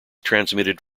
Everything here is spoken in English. transmitted